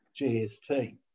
GST